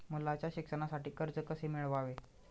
मुलाच्या शिक्षणासाठी कर्ज कसे मिळवावे?